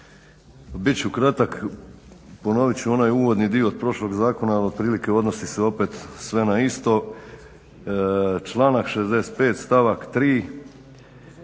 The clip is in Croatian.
Bit ću kratak. Ponovit ću onaj uvodni dio od prošlog zakona, a otprilike odnosi se opet sve na isto. Članak 65.stavak